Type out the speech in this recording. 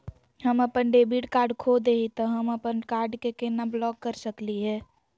हम अपन debit card खो दे ही, त हम अप्पन कार्ड के केना ब्लॉक कर सकली हे?